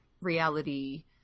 reality